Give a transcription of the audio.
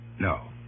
No